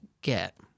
get